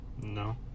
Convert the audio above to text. no